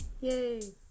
yay